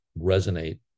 resonate